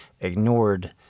ignored